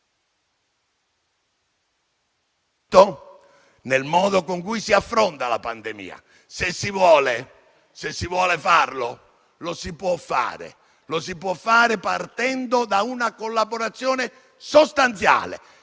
nel modo con cui si affronta la pandemia; se si vuole, lo si può fare partendo da una collaborazione sostanziale: